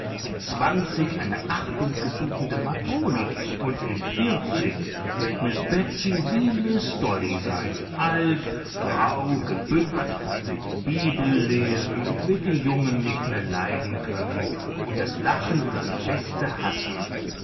in zwanzig eine achtunggebietende matrone und in vierzig wird miß betsy wie miß dolly sein alt grau gebückt wird die bibel lesen und wird die jungen nicht mehr leiden können und das lachen und die feste hassen